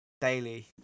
daily